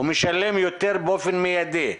הוא משלם יותר באופן מיידי,